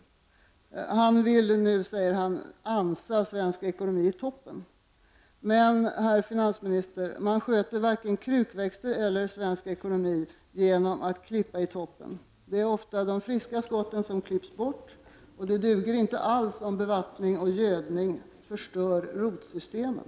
Allan Larsson vill nu, säger han, ansa svensk ekonomi i toppen. Men, herr finansminister, man sköter varken krukväxter eller svensk ekonomi genom att klippa i toppen. Det är då ofta de friska skotten som klipps bort, och det duger inte alls om bevattning och gödning förstör rotsystemen.